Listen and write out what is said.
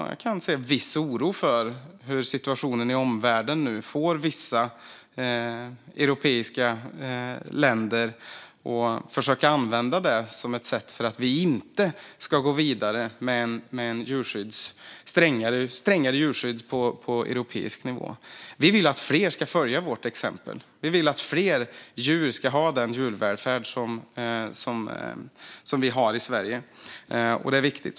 Jag kan se en viss oro för hur situationen i omvärlden nu får vissa europeiska länder att försöka använda det som ett sätt för att vi inte ska gå vidare med ett strängare djurskydd på europeisk nivå. Vi vill att fler ska följa vårt exempel. Vi vill att fler djur ska ha den djurvälfärd som vi har i Sverige. Det är viktigt.